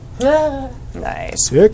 Nice